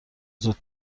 زود